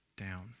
down